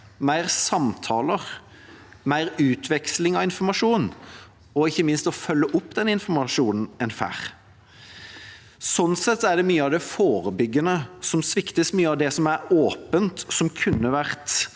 mer samtaler, mer utveksling av informasjon og, ikke minst, på å følge opp den informasjonen en får. Sånn sett er det mye av det forebyggende som svikter, mye av det som er åpent og kunne vært